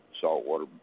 saltwater